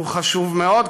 שהוא חשוב מאוד,